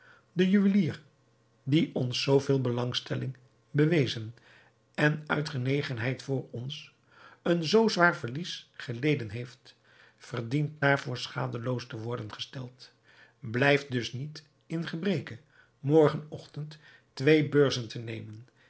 de juwelier die ons zoo veel belangstelling bewezen en uit genegenheid voor ons een zoo zwaar verlies geleden heeft verdient daarvoor schadeloos te worden gesteld blijf dus niet in gebreke morgen ochtend twee beurzen te nemen